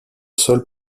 sol